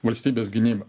valstybės gynyba